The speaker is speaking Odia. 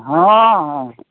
ହଁ ହଁ